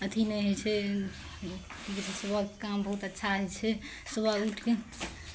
अथी नहि होइ छै सुबहके काम बहुत अच्छा होइ छै सुबह उठि कऽ